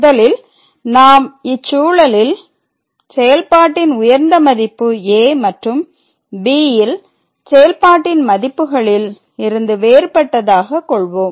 முதலில் நாம் இச்சூழலில் செயல்பாட்டின் உயர்ந்த மதிப்பு a மற்றும் b ல் செயல்பாட்டின் மதிப்புகளில் இருந்து வேறுபட்டதாக கொள்வோம்